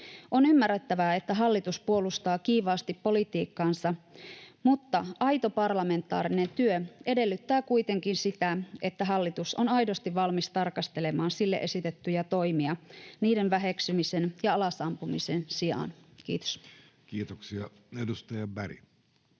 On ymmärrettävää, että hallitus puolustaa kiivaasti politiikkaansa, mutta aito parlamentaarinen työ edellyttää kuitenkin sitä, että hallitus on aidosti valmis tarkastelemaan sille esitettyjä toimia niiden väheksymisen ja alasampumisen sijaan. — Kiitos. Kiitoksia. — Edustaja Berg,